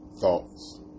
thoughts